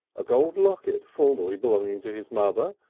a gold locket formerly belonging to his mother,